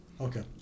Okay